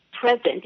present